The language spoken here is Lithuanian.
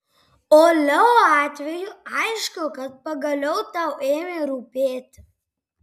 o leo atveju aišku kad pagaliau tau ėmė rūpėti